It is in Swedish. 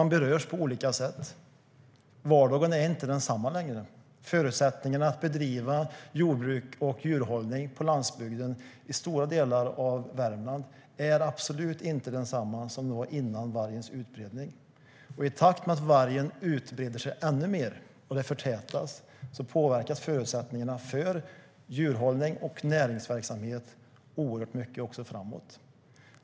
Man berörs på olika sätt. Vardagen är inte densamma längre. Förutsättningarna att bedriva jordbruk och djurhållning på landsbygden i stora delar av Värmland är absolut inte desamma som före vargens utbredning. I takt med att vargen breder ut sig ännu mer och det förtätas påverkas förutsättningarna för djurhållning och näringsverksamhet oerhört mycket också framöver.